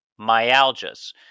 myalgias